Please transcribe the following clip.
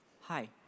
Hi